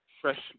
fresh